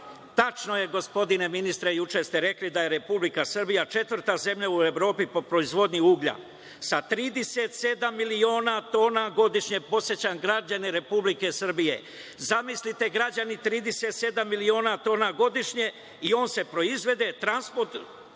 tačno je gospodine ministre, juče ste rekli, da je Republika Srbija četvrta zemlja u Evropi po proizvodnji uglja sa 37 miliona tona godišnje. Podsećam građane Republike Srbije, zamislite građani 37 miliona toga godišnje i on se proizvede, transport